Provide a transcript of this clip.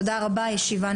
תודה רבה, הישיבה נעולה.